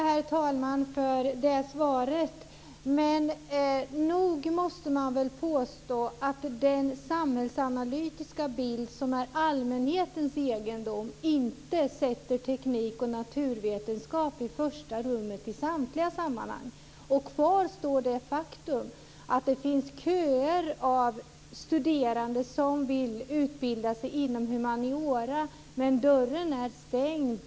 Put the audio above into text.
Herr talman! Jag vill tacka för svaret, men nog måste vi påstå att den samhällsanalytiska bild som är allmänhetens egendom inte sätter teknik och naturvetenskap i första rummet i samtliga sammanhang. Kvarstår det faktum att det finns köer av studerande som vill utbilda sig inom humaniora, men dörren är stängd.